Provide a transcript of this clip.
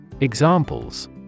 Examples